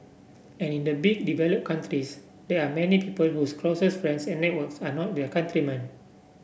and in the big develop countries there are many people whose closest friends and networks are not their countrymen